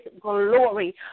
glory